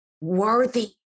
worthy